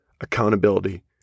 accountability